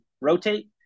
rotate